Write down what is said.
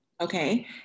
okay